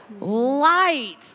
light